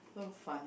so funny